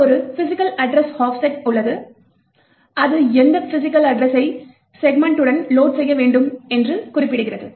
அங்கு ஒரு physical address ஆஃப்செட்டும் உள்ளது அது எந்த பிஸிக்கல் அட்ட்ரஸை செக்மென்டுன்ட் லோட் செய்ய வேண்டும் என்று குறிப்பிடுகிறது